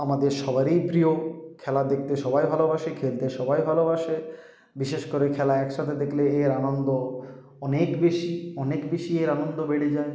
আমাদের সবারই প্রিয় খেলা দেখতে সবাই ভালোবাসে খেলতে সবাই ভালোবাসে বিশেষ করে খেলা একসাথে দেখলে এর আনন্দ অনেক বেশি অনেক বেশি এর আনন্দ বেড়ে যায়